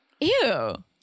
Ew